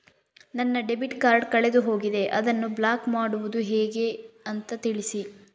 ನನ್ನ debit card ಕಳೆದು ಹೋಗಿದೆ, ಅದನ್ನು ಬ್ಲಾಕ್ ಮಾಡುವುದು ಹೇಗೆ ಅಂತ ತಿಳಿಸಿ?